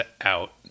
out